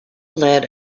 led